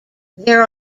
there